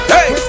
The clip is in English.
Hey